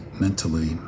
mentally